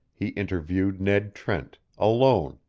he interviewed ned trent, alone,